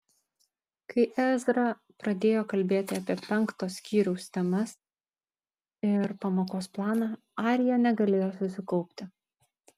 kai ezra pradėjo kalbėti apie penkto skyriaus temas ir pamokos planą arija negalėjo susikaupti